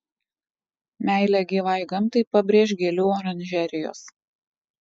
meilę gyvai gamtai pabrėš gėlių oranžerijos